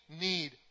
need